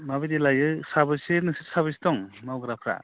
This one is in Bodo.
माबायदि लायो साबैसे नोंसोर साबैसे दं मावग्राफ्रा